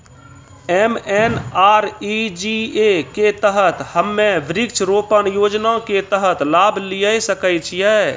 MNREGA के तहत हम्मय वृक्ष रोपण योजना के तहत लाभ लिये सकय छियै?